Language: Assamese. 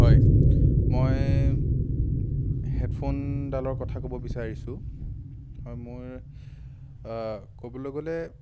হয় মই হেডফোনডালৰ কথা ক'ব বিচাৰিছোঁ মোৰ ক'বলৈ গ'লে